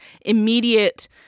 immediate